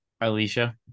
Alicia